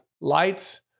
lights